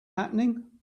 happening